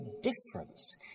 difference